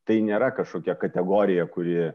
tai nėra kažkokia kategorija kuri